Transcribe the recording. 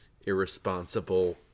irresponsible